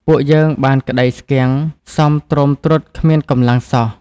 ពួកយើងបានក្តីស្គាំង សមទ្រមទ្រុឌគ្មានកម្លាំងសោះ។